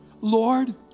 Lord